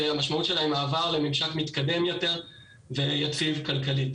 שהמשמעות שלה היא מעבר לממשק מתקדם יותר ויציב כלכלית.